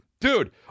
dude